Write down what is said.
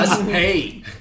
hey